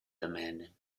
demanding